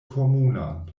komunan